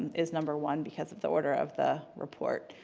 is number one because of the order of the report.